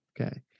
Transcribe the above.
Okay